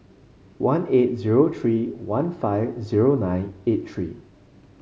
one eight zero three one five zero nine eight three